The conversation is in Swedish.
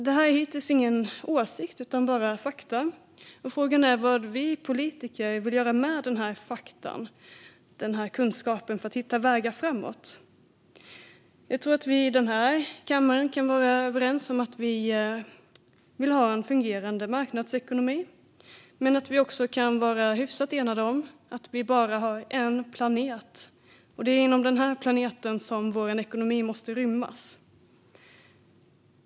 Detta är hittills ingen åsikt utan bara fakta. Frågan är vad vi politiker vill göra med dessa fakta, denna kunskap, för att hitta vägar framåt. Jag tror vi i den här kammaren kan vara överens om att vi vill ha en fungerande marknadsekonomi. Men vi kan också vara hyfsat enade om att vi bara har en planet. Det är på den planeten som vår ekonomi måste rymmas.